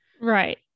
right